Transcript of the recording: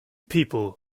people